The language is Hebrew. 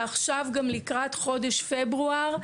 עכשיו לקראת חודש פברואר,